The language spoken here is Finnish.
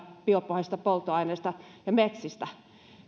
biopohjaisista polttoaineista ja metsistä